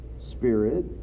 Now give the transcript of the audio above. spirit